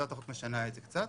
הצעת החוק משנה את זה קצת,